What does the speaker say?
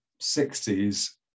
60s